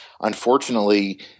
unfortunately